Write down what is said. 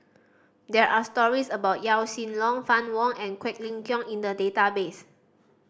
there are stories about Yaw Shin Leong Fann Wong and Quek Ling Kiong in the database